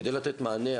כדי לתת מענה,